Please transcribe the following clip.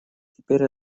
теперь